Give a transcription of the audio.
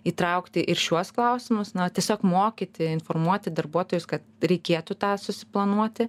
įtraukti ir šiuos klausimus na tiesiog mokyti informuoti darbuotojus kad reikėtų tą susiplanuoti